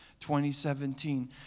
2017